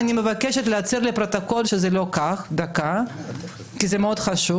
אני מבקשת להצהיר לפרוטוקול שזה לא כך כי זה מאוד חשוב.